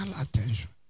attention